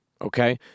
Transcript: Okay